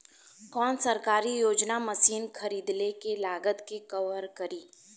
कौन सरकारी योजना मशीन खरीदले के लागत के कवर करीं?